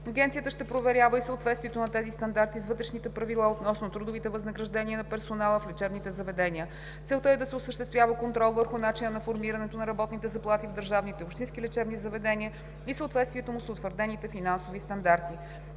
Агенцията ще проверява и съответствието на тези стандарти с вътрешните правила относно трудовите възнаграждения на персонала в лечебните заведения. Целта е да се осъществява контрол върху начина на формиране на работните заплати в държавните и общинските лечебни заведения и съответствието му с утвърдените финансови стандарти.